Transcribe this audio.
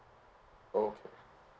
okay